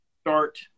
start –